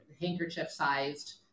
handkerchief-sized